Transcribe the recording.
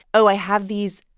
oh, i have these,